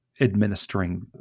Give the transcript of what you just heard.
administering